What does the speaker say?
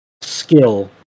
skill